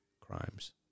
crimes